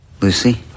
Lucy